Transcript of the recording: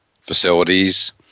facilities